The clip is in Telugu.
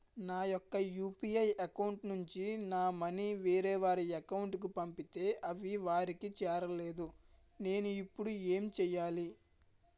నా యెక్క యు.పి.ఐ అకౌంట్ నుంచి నా మనీ వేరే వారి అకౌంట్ కు పంపితే అవి వారికి చేరలేదు నేను ఇప్పుడు ఎమ్ చేయాలి?